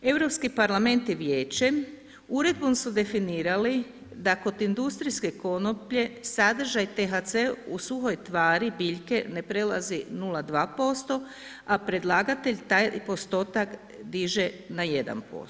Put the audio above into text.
Europski Parlament i Vijeće uredbom su definirali da kod industrijske konoplje sadržaj THC u suhoj tvari biljke ne prelazi 0,2%, a predlagatelj taj postotak diže na 1%